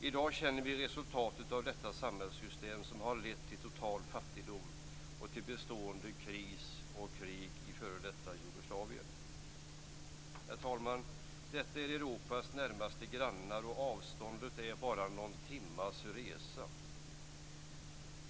I dag känner vi resultatet av detta samhällssystem som har lett till total fattigdom och till bestående kris och krig i f.d. Jugoslavien. Herr talman! Detta är Europas närmaste grannar, och avståndet är bara någon timmes resa.